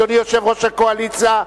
אדוני יושב-ראש הקואליציה,